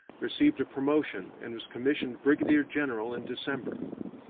received a promotion and was commissioned brigadier-general in december.